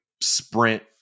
sprint